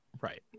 Right